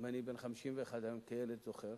אני בן 51 היום, כילד אני זוכר